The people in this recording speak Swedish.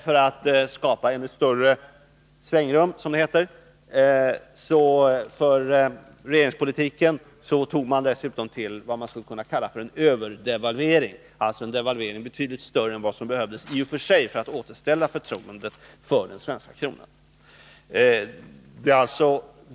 För att skapa större svängrum, som det heter, för regeringens politik, tog regeringen dessutom till vad man skulle kunna kalla en överdevalvering, alltså en devalvering som var betydligt större än vad som i och för sig behövdes för att återställa förtroendet för den svenska kronan.